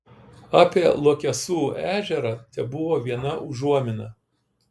apie luokesų ežerą tebuvo viena užuomina